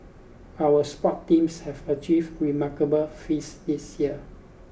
our sport teams have achieved remarkable feats this year